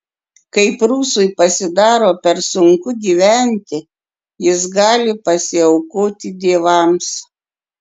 kai prūsui pasidaro per sunku gyventi jis gali pasiaukoti dievams